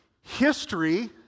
history